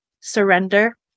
surrender